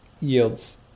yields